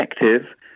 effective